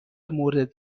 مورد